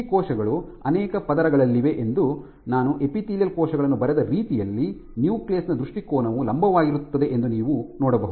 ಈ ಕೋಶಗಳು ಅನೇಕ ಪದರಗಳಲ್ಲಿವೆ ನಾನು ಎಪಿತೀಲಿಯಲ್ ಕೋಶಗಳನ್ನು ಬರೆದ ರೀತಿಯಲ್ಲಿ ನ್ಯೂಕ್ಲಿಯಸ್ ನ ದೃಷ್ಟಿಕೋನವು ಲಂಬವಾಗಿರುತ್ತದೆ ಎಂದು ನೀವು ನೋಡಬಹುದು